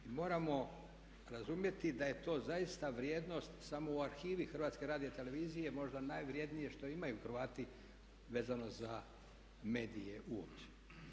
I moramo razumjeti da je to zaista vrijednost samo u arhivi HRT-a možda najvrjednije što imaju Hrvati vezano za medije uopće.